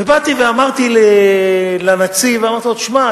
ובאתי ואמרתי לנציב: תשמע,